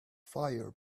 fire